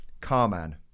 Carman